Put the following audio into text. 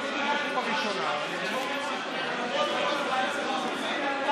עמדתי מעל הדוכן ואמרתי שלמרות כל הבעיות אני מצביע בעד,